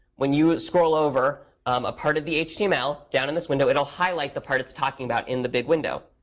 when you scroll over a part of the html, down in this window, it will highlight the part it's talking about in the big window.